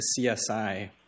CSI